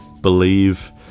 believe